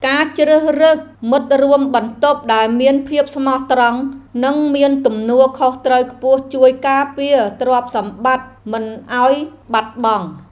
ការជ្រើសរើសមិត្តរួមបន្ទប់ដែលមានភាពស្មោះត្រង់និងមានទំនួលខុសត្រូវខ្ពស់ជួយការពារទ្រព្យសម្បត្តិមិនឱ្យបាត់បង់។